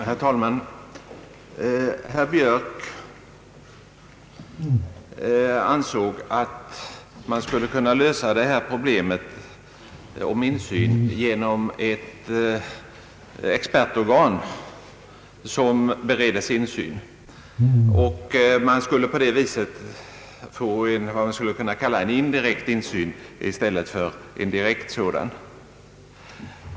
Herr talman! Herr Björk ansåg att man skulle kunna lösa problemet om insyn genom ett expertorgan. Detta skulle emellertid ge endast vad man kunde kalla en indirekt insyn i stället för en direkt sådan.